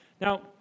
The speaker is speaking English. Now